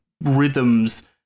rhythms